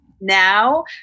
now